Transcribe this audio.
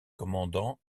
commandant